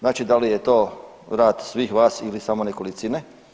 Znači da li je to rad svih vas ili samo nekolicine.